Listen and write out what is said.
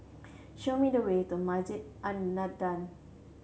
show me the way to Masjid An Nahdhah